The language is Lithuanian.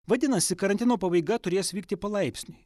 vadinasi karantino pabaiga turės vykti palaipsniui